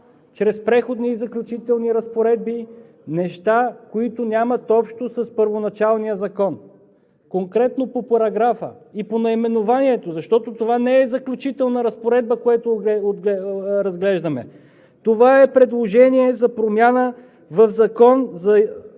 чрез Преходни и заключителни разпоредби неща, които нямат общо с първоначалния закон. Конкретно по параграфа и по наименованието, защото това, което разглеждаме, не е заключителна разпоредба – това е предложение за промяна в Закона за